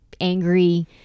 angry